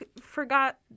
forgot